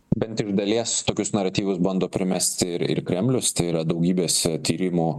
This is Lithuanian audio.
bent iš dalies tokius naratyvus bando primest ir ir kremlius tai yra daugybės tyrimų